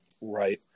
Right